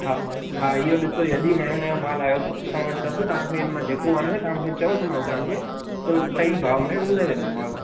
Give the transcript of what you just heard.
हा हा इहो ॾिसो अॼु ई नयो नयो माल आयो अथव असां वटि सभु तव्हांखे हिन मां जेको वणेव तव्हां मूंखे चओ त मां हू तव्हांखे ओ सई भाव में ऊ ॿुधायो छॾींदोमाव